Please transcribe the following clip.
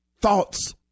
thoughts